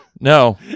no